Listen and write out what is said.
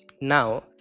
Now